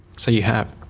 so you have?